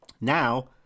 now